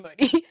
money